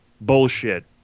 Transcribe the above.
bullshit